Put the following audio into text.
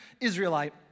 Israelite